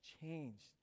changed